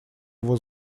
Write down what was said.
его